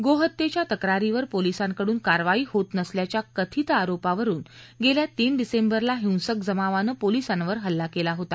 गोहत्येच्या तक्रारीवर पोलिसांकडून कारवाई होत नसल्याच्या कथित आरोपावरुन गेल्या तीन डिसेंबरला हिंसक जमावानं पोलिसांवर हल्ला केला होता